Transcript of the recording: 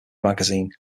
magazine